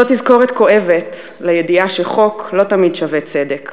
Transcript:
זאת תזכורת כואבת לידיעה שחוק לא תמיד שווה צדק.